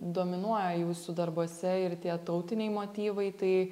dominuoja jūsų darbuose ir tie tautiniai motyvai tai